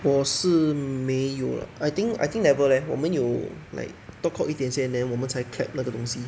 我是没有 lah I think I think never leh 我们有 like talk cock 一点先 then 我们才 clap 那个东西